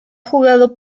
jugado